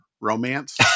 romance